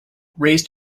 raised